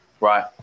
Right